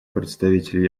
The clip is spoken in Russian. представителю